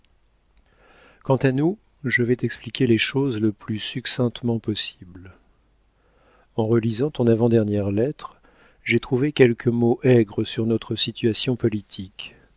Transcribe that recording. quant à nous je vais t'expliquer les choses le plus succinctement possible en relisant ton avant dernière lettre j'ai trouvé quelques mots aigres sur notre situation politique